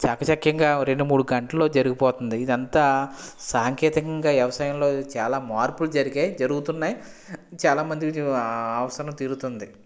చాకచక్యంగా రెండు మూడు గంటల్లో జరిగిపోతుంది ఇదంతా సాంకేతికతంగా వ్యవసాయంలో చాలా మార్పులు జరిగాయి జరుగుతున్నాయి చాల మంది అవసరం తీరుతుంది